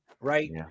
right